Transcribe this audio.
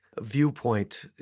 viewpoint